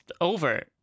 over